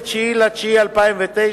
29 בספטמבר 2009,